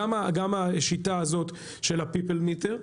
השיטה הזאת של הפיפל מיטר,